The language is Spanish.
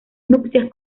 nupcias